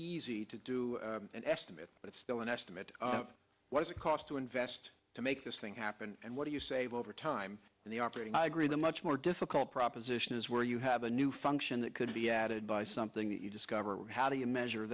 easy to do an estimate but it's still an estimate of what it cost to invest to make this thing happen and what do you save over time and the operating i agree the much more difficult proposition is where you have a new function that could be added by something that you discover how do you measure